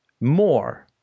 more